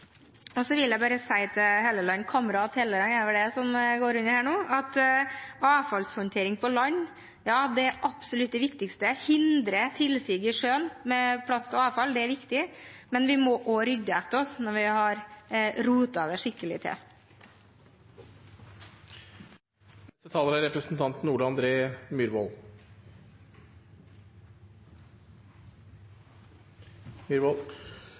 Og så vil jeg bare si til Terje Halleland – kamerat Halleland, er vel det han går under nå – at avfallshåndtering på land absolutt er det viktigste, å hindre tilsig i sjøen av plast og avfall er viktig, men vi må også rydde etter oss når vi har rotet det skikkelig